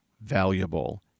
valuable